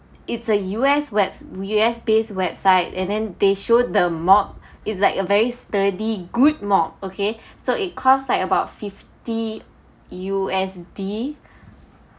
it's a U_S webs~ U_S based website and then they showed the mop is like a very sturdy good mop okay so it cost like about fifty U_S_D